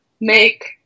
make